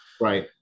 right